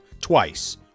twice